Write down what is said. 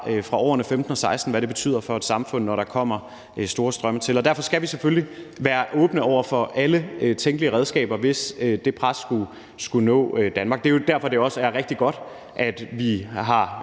fra årene 2015 og 2016, hvad det betyder for et samfund, når der kommer store strømme til, og derfor skal vi selvfølgelig være åbne over for alle tænkelige redskaber, hvis det pres skulle nå Danmark. Det er jo derfor, det også er rigtig godt, at vi har